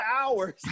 hours